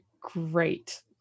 great